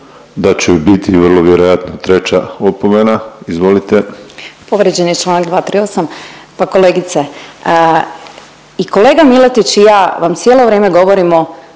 da će biti vrlo vjerojatno treća opomena. Izvolite. **Mujkić, Ivana (DP)** Povrijeđen je čl. 238. Pa kolegice, i kolega Miletić i ja vam cijelo vrijeme govorimo